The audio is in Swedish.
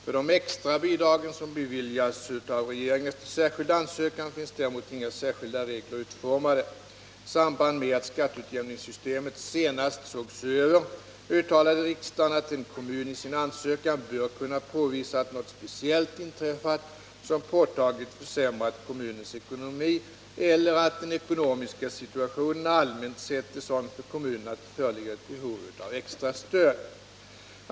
För de extra bidragen, som beviljas av regeringen efter särskild ansökan, finns däremot inga särskilda regler utformade. I samband med att skatteutjämningssystemet senast sågs över uttalade riksdagen att en kommun i sin ansökan bör kunna påvisa att något speciellt inträffat, som påtagligt försämrat kommunens ekonomi, eller att den ekonomiska situationen allmänt sett är sådan för kommunen, att det föreligger ett behov av extra stöd.